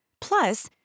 Plus